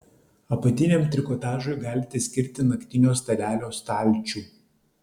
apatiniam trikotažui galite skirti naktinio stalelio stalčių